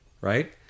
right